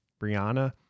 Brianna